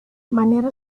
manera